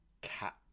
cat